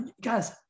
guys